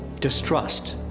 distrust.